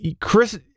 Chris